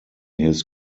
his